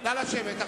נא לשבת.